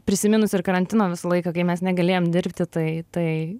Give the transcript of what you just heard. prisiminus ir karantino laiką kai mes negalėjom dirbti tai tai